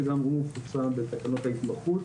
שגם הוא פורסם בתקנות ההתמחות